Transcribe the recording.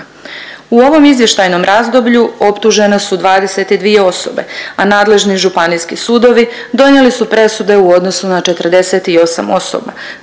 U ovom izvještajnom razdoblju optužene su 22 osobe, a nadležni županijski sudovi donijeli su presude u odnosu na 48 osoba